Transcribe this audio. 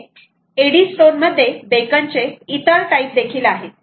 इथे Eddystone मध्ये beacon चे इतर टाईप देखील आहेत